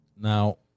now